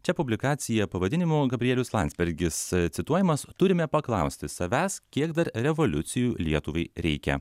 čia publikacija pavadinimu gabrielius landsbergis cituojamas turime paklausti savęs kiek dar revoliucijų lietuvai reikia